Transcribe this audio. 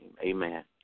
Amen